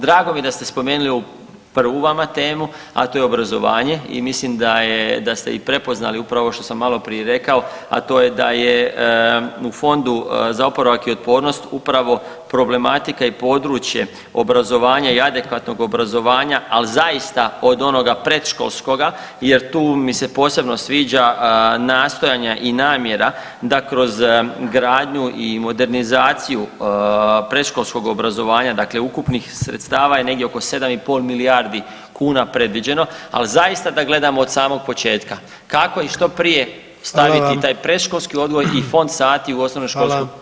Drago mi je da ste spomenuli ovu prvu vama temu, a to je obrazovanje i mislim da je, da ste i prepoznali upravo ovo što sam malo prije rekao, a to je da je u Fondu za oporavak i otpornost upravo problematika i područje obrazovanja i adekvatnog obrazovanja, ali zaista od onoga predškolskoga jer tu mi se posebno sviđa nastojanja i namjera da kroz gradnju i modernizaciju predškolskog obrazovanja dakle ukupnih sredstava je negdje oko 7,5 milijardi kuna predviđeno, ali zaista da gledamo od samog početka kako i što prije staviti taj [[Upadica: Hvala vam.]] predškolski odgoj i fond sati u osnovnom školstvu na razini EU.